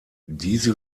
diese